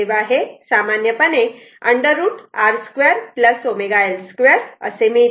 तेव्हा हे सामान्यपणे √ R 2 ω L 2 हेअसे मिळते